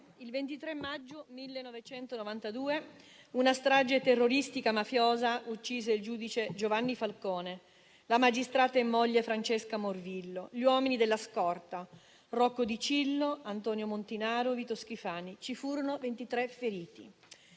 il 23 maggio 1992 una strage terroristica mafiosa uccise il giudice Giovanni Falcone, la magistrata e moglie Francesca Morvillo, gli uomini della scorta Rocco Dicillo, Antonio Montinaro, Vito Schifani. Ci furono 23 feriti.